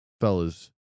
fellas